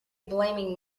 blaming